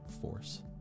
force